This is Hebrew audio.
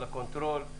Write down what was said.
על הקונטרול,